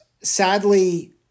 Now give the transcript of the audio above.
sadly